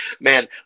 man